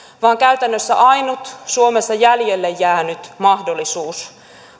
vaan käytännössä ainut suomessa jäljelle jäänyt mahdollisuus